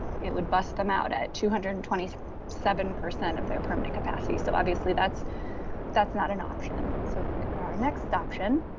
it would bust them out at two hundred and twenty seven percent of their permanent capacity. so obviously that's that's not an option. so if we go to our next option,